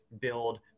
build